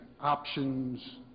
options